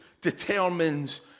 determines